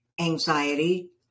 anxiety